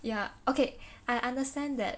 ya okay I understand that